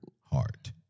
heart